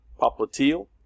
Popliteal